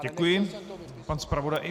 Děkuji, pan zpravodaj.